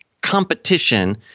competition